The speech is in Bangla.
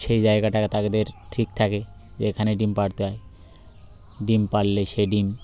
সেই জায়গাটাকে তাদের ঠিক থাকে যে এখানে ডিম পারতে হয় ডিম পারলে সে ডিম